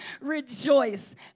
Rejoice